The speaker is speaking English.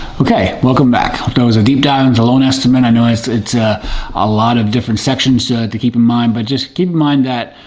okay. welcome back. that was a deep dive on the loan estimate. i know it's it's ah a lot of different sections to keep in mind, but just keep in mind that,